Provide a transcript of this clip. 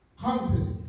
Company